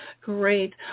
great